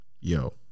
Yo